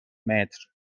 متر